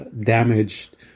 damaged